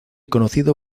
conocido